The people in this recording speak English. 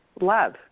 love